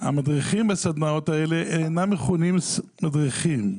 המדריכים בסדנאות האלה אינם מכונים מדריכים.